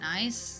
Nice